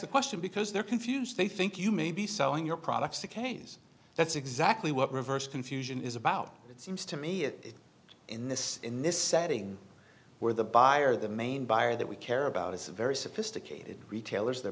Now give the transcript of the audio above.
the question because they're confused they think you may be selling your products to cases that's exactly what reverse confusion is about it seems to me it is in this in this setting where the buyer the main buyer that we care about is a very sophisticated retailers they're